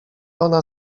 ona